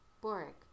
Boric